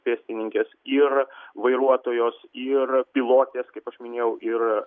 pėstininkės ir vairuotojos ir pilotės kaip aš minėjau ir